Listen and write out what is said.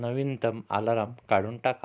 नवीनतम आलाराम काढून टाका